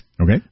Okay